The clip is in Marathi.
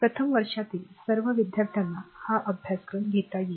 प्रथम वर्षातील सर्व विद्यार्थ्यांना हा अभ्यासक्रम घेता येईल